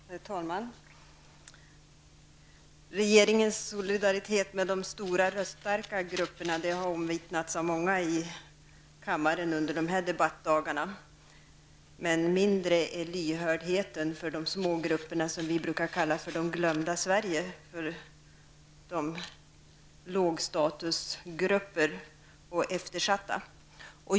Herr talman! Regeringens solidaritet med de stora, röststarka grupperna har omvittnats av många i kammaren under dessa debattdagar. Men lyhördheten för de små grupperna är mindre, dem som vi brukar kalla för ''det glömda Sverige'', dvs. eftersatta lågstatusgrupper.